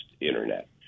internet